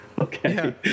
okay